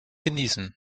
genießen